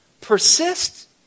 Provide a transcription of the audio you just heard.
persist